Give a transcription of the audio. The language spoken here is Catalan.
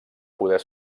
poder